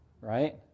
right